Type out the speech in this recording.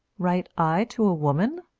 write i to a woman?